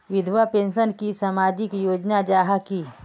विधवा पेंशन की सामाजिक योजना जाहा की?